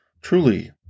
Truly